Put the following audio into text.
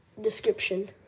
description